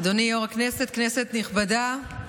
אדוני היו"ר, כנסת נכבדה, כן,